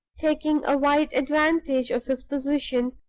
taking a wise advantage of his position,